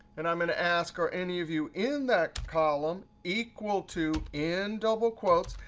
and i'm going to ask are any of you in that column equal to, in double quotes,